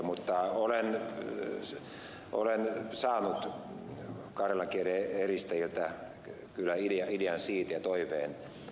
mutta olen saanut karjalan kielen edistäjiltä kyllä idean ja toiveen